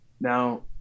Now